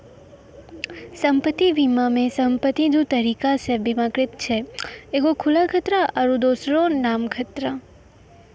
सम्पति बीमा मे सम्पति दु तरिका से बीमाकृत छै एगो खुला खतरा आरु दोसरो नाम खतरा